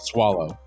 Swallow